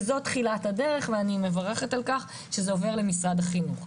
וזו תחילת הדרך ואני מברכת על כך שזה עובר למשרד החינוך,